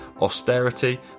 austerity